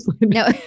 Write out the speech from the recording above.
No